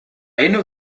eine